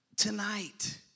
Tonight